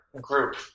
group